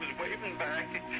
waving back,